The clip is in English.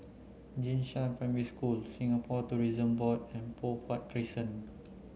Jing Shan Primary School Singapore Tourism Board and Poh Huat Crescent